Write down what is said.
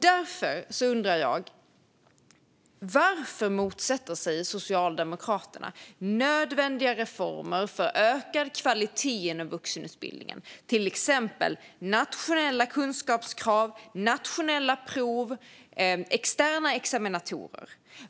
Därför undrar jag: Varför motsätter sig Socialdemokraterna nödvändiga reformer för ökad kvalitet inom vuxenutbildningen, till exempel nationella kunskapskrav, nationella prov och externa examinatorer?